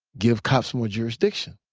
give cops more jurisdiction.